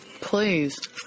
Please